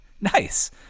Nice